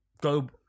go